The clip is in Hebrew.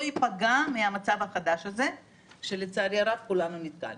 ייפגע מהמצב החדש הזה שלצערי הרב כולנו נפגענו,